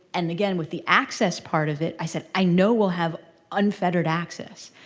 and again, with the access part of it, i said i know will have unfettered access.